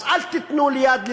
אז אל תיתנו יד לזה.